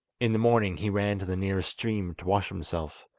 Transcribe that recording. in the morning he ran to the nearest stream to wash himself,